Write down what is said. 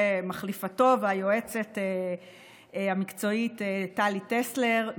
ומחליפתו והיועצת המקצועית טלי טסלר,